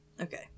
Okay